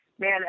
man